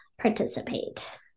participate